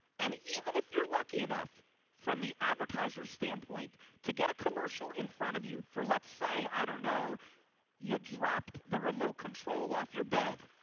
and even if you're lucky enough from the advertiser standpoint to get a commercial in front of you for let's say i don't know you dropped the remote control off your bed.